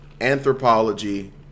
Anthropology